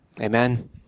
Amen